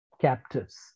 captives